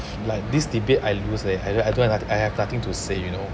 like this debate I lose they either I don't want at air starting to say you know